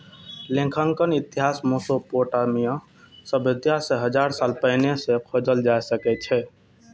लेखांकनक इतिहास मोसोपोटामिया सभ्यता सं हजार साल पहिने सं खोजल जा सकै छै